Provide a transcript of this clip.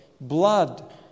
blood